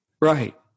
Right